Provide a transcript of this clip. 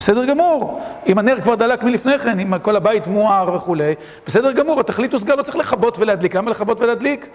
בסדר גמור, אם הנר כבר דלק מלפני כן, אם כל הבית מואר וכו', בסדר גמור, התכלית הושגה לא צריך לכבות ולהדליק, למה לכבות ולהדליק?